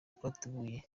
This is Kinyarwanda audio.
twateguye